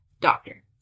Doctor